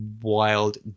wild